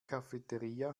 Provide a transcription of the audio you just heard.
cafeteria